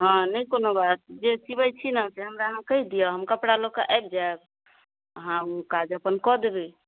हँ नहि कोनो बात जे सिबै छी ने से हमरा अहाँ कहि दिअ हम कपड़ा लऽ कऽ आबि जाएब अहाँ ओ काज अपन कऽ देबै